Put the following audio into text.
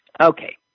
Okay